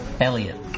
Elliot